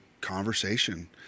conversation